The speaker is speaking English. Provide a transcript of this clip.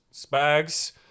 Spags